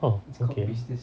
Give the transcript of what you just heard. !huh! okay